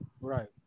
Right